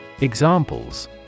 Examples